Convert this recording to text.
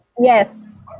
Yes